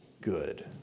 good